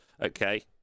okay